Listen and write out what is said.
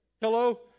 Hello